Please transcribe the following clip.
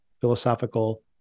philosophical